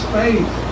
faith